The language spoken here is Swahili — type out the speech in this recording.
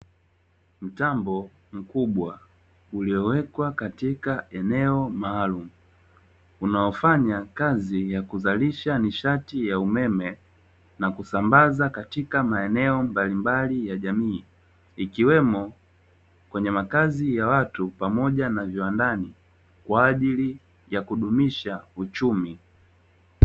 Mtambo mkubwa uliowekwa katika eneo maalumu, unaofanya kazi ya kuzalisha nishati ya umeme na kusambaza katika maeneo mbalimbali ya jamii ikiwemo kwenye makazi ya watu pamoja na viwandani kwa ajili ya kudumisha uchumi.